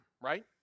right